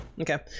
Okay